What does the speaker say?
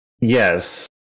yes